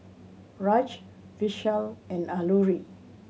Raj Vishal and Alluri